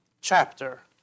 chapter